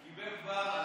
הוא קיבל כבר,